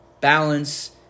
balance